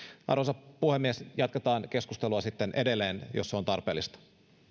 arvoisa puhemies jatketaan keskustelua sitten edelleen jos se on tarpeellista